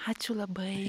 ačiū labai